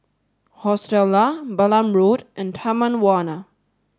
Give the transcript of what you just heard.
Hostel Lah Balam Road and Taman Warna